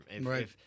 Right